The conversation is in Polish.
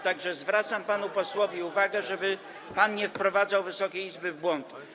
Tak że zwracam panu posłowi uwagę, żeby pan nie wprowadzał Wysokiej Izby w błąd.